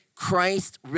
Christ